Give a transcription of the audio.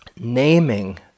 naming